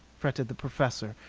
fretted the professor,